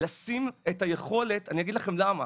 לשים את היכולת - אני אגיד לכם למה.